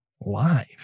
live